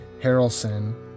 Harrelson